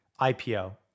IPO